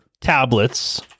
tablets